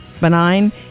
benign